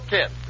Kid